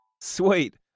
Sweet